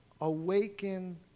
awaken